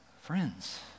friends